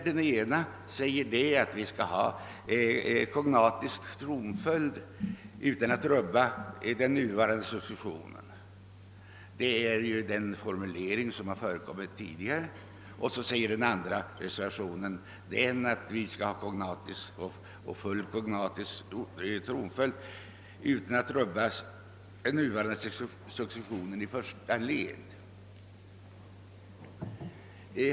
Den ena säger att vi skall ha fullt kognatisk tronföljd utan att rubba den nuvarande successionen. Den andra reservationen säger att vi skall ha fullt kognatisk tronföljd utan att rubba den nuvarande successionen i första led.